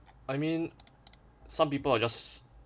I mean some people are just